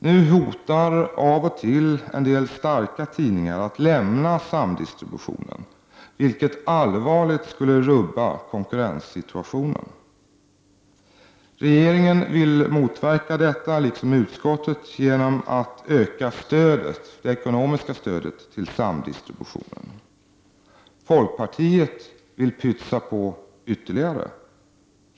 Nu hotar av och till en del starka tidningar att lämna samdistributionen, vilket allvarligt skulle rubba konkurrenssituationen. Regeringen liksom utskottet vill motverka detta genom att öka det ekonomiska stödet till samdistributionen. Folkpartiet vill pytsa på ytterligare.